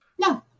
No